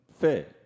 Fair